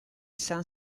san